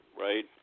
right